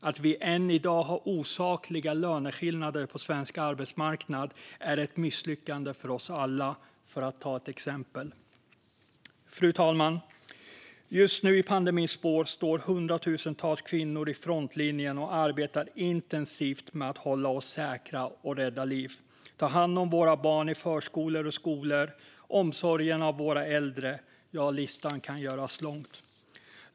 Att vi än i dag har osakliga löneskillnader på svensk arbetsmarknad är ett misslyckande för oss alla, för att ta ett exempel. Fru talman! Just nu, i pandemins spår, står hundratusentals kvinnor i frontlinjen och arbetar intensivt med att hålla oss säkra, rädda liv och ta hand om våra barn i förskolor och skolor och våra äldre i omsorgen. Ja, listan kan göras lång.